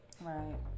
Right